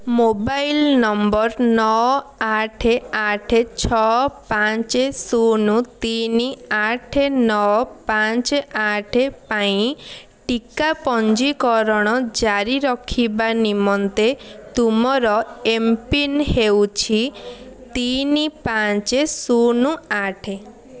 mobile number ନଅ ଆଠ ଆଠ ଛଅ ପାଞ୍ଚ ଶୂନ ତିନି ଆଠ ନଅ ପାଞ୍ଚ ଆଠ ପାଇଁ ଟିକା ପଞ୍ଜୀକରଣ ଜାରି ରଖିବା ନିମନ୍ତେ ତୁମର ଏମ୍ ପିନ୍ ହେଉଛି ତିନି ପାଞ୍ଚ ଶୂନ ଆଠ